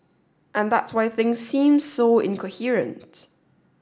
and that's why things seem so incoherent